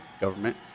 government